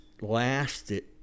lasted